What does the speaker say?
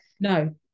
No